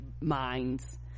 minds